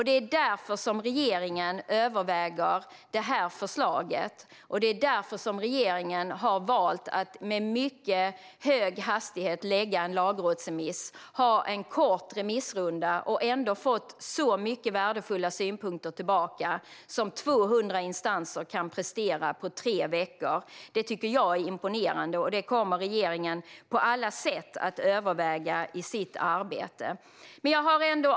Det är därför som regeringen överväger detta förslag, och det är därför som regeringen har valt att med mycket hög hastighet lägga fram en lagrådsremiss, ha en kort remissrunda och ändå har fått så många värdefulla synpunkter tillbaka som 200 instanser kan prestera på tre veckor. Det tycker jag är imponerande, och det kommer regeringen på alla sätt att överväga i sitt arbete.